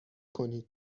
کنید